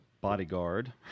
bodyguard